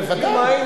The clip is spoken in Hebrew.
בוודאי.